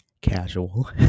Casual